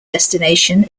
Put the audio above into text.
destination